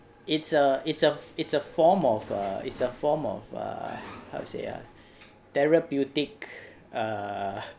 it's a it's a it's a form of err it's a form of err how to say ah therapeutic err